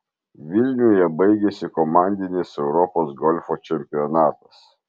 vilniuje baigėsi komandinis europos golfo čempionatas